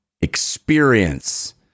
experience